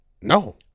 No